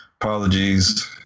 Apologies